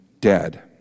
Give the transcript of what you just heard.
dead